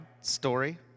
story